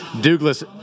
Douglas